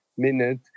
minute